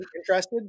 interested